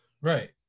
Right